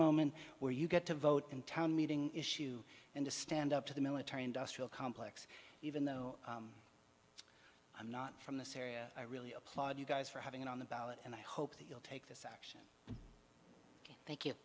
moment where you get to vote in town meeting issue and to stand up to the military industrial complex even though i'm not from this area i really applaud you guys for having it on the ballot and i hope that you'll take this action th